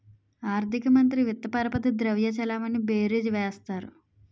ఆర్థిక మంత్రి విత్త పరపతి ద్రవ్య చలామణి బీరీజు వేస్తారు